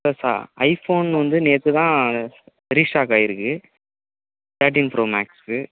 பிளசா iPhone வந்து நேற்று தான் ரீஸ்டாக் ஆயிருக்குது தேர்ட்டின் ப்ரோ மேக்ஸு